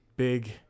Big